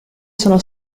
sono